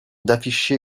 d’afficher